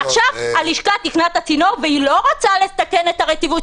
ועכשיו הלשכה תיקנה את הצינור והיא לא רוצה לתקן את הרטיבות,